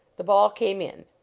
the ball came in.